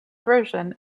version